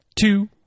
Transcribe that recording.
two